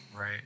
Right